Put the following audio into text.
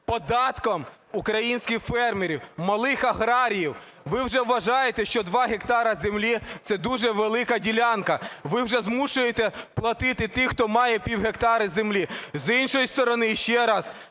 податком українських фермерів, малих аграріїв. Ви вже вважаєте, що 2 гектари землі – це дуже велика ділянка. Ви вже змушуєте платити тих, хто має пів гектара землі. З іншої сторони, ще раз,